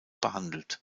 behandelt